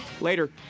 Later